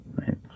right